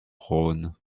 rhône